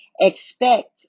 expect